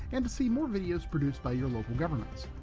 and to see more videos produced by your local governments.